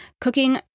cooking